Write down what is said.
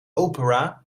opera